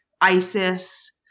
ISIS